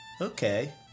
okay